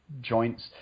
joints